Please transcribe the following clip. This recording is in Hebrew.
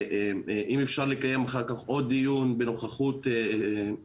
אם אפשר לקיים אחר כך עוד דיון בנוכחות אותם